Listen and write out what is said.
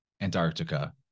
Antarctica